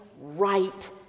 right